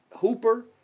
Hooper